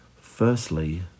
Firstly